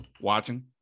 watching